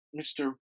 Mr